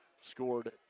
scored